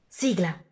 sigla